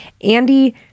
Andy